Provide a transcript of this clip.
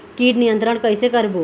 कीट नियंत्रण कइसे करबो?